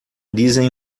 dizem